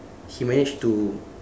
he managed to